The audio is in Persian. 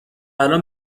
الان